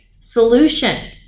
solution